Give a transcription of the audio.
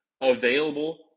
available